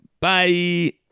Bye